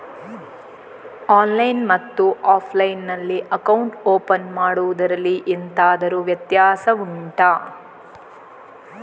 online ಮತ್ತು offline ನಲ್ಲಿ account open ಮಾಡುವುದರಲ್ಲಿ ಎಂತಾದರು ವ್ಯತ್ಯಾಸ ಉಂಟಾ